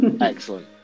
Excellent